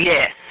Yes